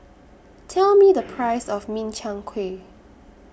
Tell Me The Price of Min Chiang Kueh